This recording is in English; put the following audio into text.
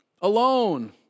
alone